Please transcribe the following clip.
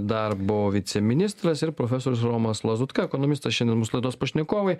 darbo viceministras ir profesorius romas lazutka ekonomistas šiandien mūs laidos pašnekovai